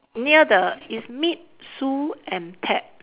near the it's meet Sue and Ted